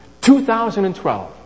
2012